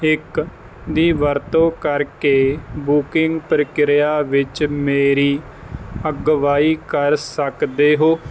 ਇੱਕ ਦੀ ਵਰਤੋਂ ਕਰਕੇ ਬੁਕਿੰਗ ਪ੍ਰਕਿਰਿਆ ਵਿੱਚ ਮੇਰੀ ਅਗਵਾਈ ਕਰ ਸਕਦੇ ਹੋ